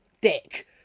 dick